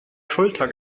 schulter